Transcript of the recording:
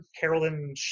Carolyn